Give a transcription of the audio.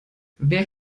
wer